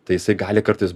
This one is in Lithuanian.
tai jisai gali kartais